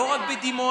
לא רק בדימונה,